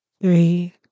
three